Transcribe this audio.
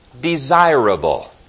desirable